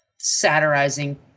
satirizing